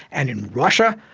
and in russia,